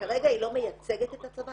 וכרגע היא לא מייצגת את הצבא,